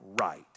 right